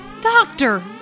Doctor